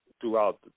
throughout